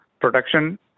production